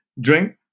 drink